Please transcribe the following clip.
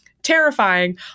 terrifying